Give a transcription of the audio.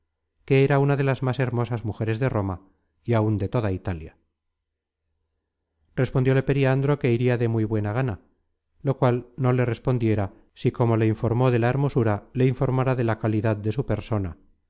que era una de las más hermosas mujeres de roma y áun de toda italia respondióle periandro que iria de muy buena gana lo cual no le respondiera si como le informó de la hermosura le informara de la calidad de su persona